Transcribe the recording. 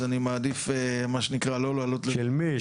אז אני מעדיף לא להעלות --- של מי?